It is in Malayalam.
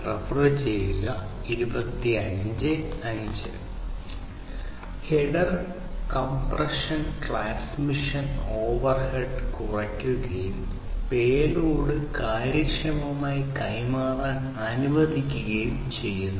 ഹെഡർ കംപ്രഷൻ ട്രാൻസ്മിഷൻ ഓവർഹെഡ് കാര്യക്ഷമമായി കൈമാറാൻ അനുവദിക്കുകയും ചെയ്യുന്നു